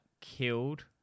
killed